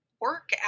work